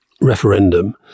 referendum